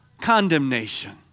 condemnation